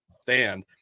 stand